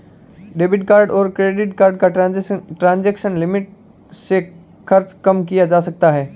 debit card और credit card का transaction limit से खर्च कम किया जा सकता है